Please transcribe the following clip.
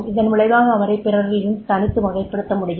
இதன் விளைவாக அவரைப் பிறரிலிருந்து தனித்து வகைப்படுத்த முடியும்